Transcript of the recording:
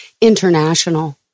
international